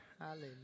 Hallelujah